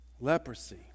Leprosy